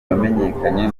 wamenyekanye